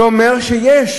זה אומר שבהסברה,